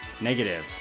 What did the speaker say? Negative